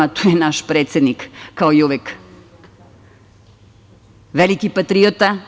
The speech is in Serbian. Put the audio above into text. To je naš predsednik, kao i uvek, veliki patriota.